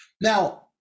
Now